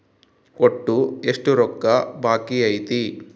ಒಟ್ಟು ಎಷ್ಟು ರೊಕ್ಕ ಬಾಕಿ ಐತಿ?